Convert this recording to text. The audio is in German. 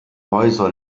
häuser